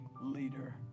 leader